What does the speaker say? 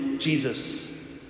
Jesus